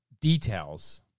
details